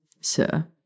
Sir